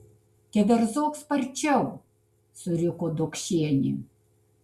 keverzok sparčiau suriko dokšienė